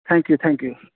thank you thank you